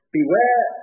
Beware